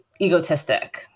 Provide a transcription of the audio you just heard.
egotistic